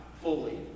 fully